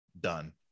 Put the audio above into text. Done